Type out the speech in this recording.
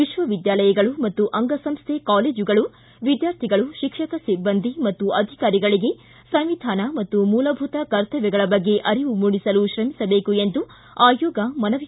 ವಿಶ್ವವಿದ್ಯಾಲಯಗಳು ಮತ್ತು ಅಂಗಸಂಸ್ಥೆ ಕಾಲೇಜುಗಳು ವಿದ್ಯಾರ್ಥಿಗಳು ಶಿಕ್ಷಕ ಸಿಬ್ಬಂದಿ ಮತ್ತು ಅಧಿಕಾರಿಗಳಿಗೆ ಸಂವಿಧಾನ ಮತ್ತು ಮೂಲಭೂತ ಕರ್ತಮ್ಯಗಳ ಬಗ್ಗೆ ಅರಿವು ಮೂಡಿಸಲು ತ್ರಮಿಸಬೇಕು ಎಂದು ಆಯೋಗ ಮನವಿ ಮಾಡಿದೆ